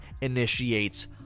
initiates